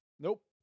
Nope